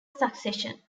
succession